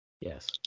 Yes